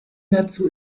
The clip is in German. dazu